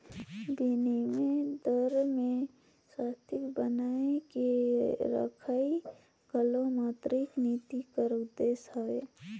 बिनिमय दर में स्थायित्व बनाए के रखई घलो मौद्रिक नीति कर उद्देस हवे